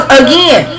again